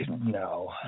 no